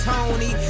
Tony